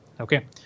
Okay